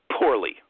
poorly